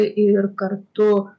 ir kartu